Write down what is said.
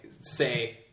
say